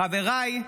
חבריי,